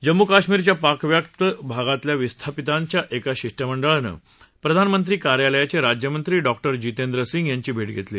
जम्मू कश्मीरच्या पाकव्याप्त भागातल्या विस्थापितांच्या एका शिष्टमंडळानं प्रधानमंत्री कार्यालयाचे राज्यमंत्री डॉक्टर जितेंद्र सिंग यांची भेट घेतली